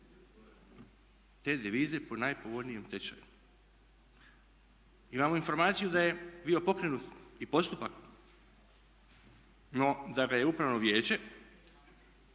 te devize po najpovoljnijem tečaju? Imamo informaciju da je bio pokrenut i postupak no da ga je upravno vijeće